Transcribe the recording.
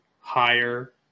higher